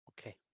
Okay